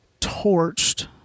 Torched